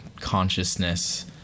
consciousness